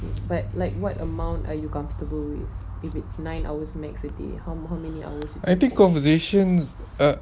I think conversations